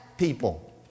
people